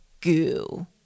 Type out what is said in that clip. goo